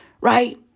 Right